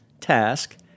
task